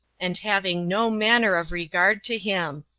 and having no manner of regard to him.